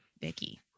vicky